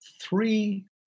three